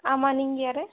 ஆமாம் நீங்கள் யார்